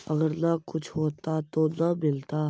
अगर न कुछ होता तो न मिलता?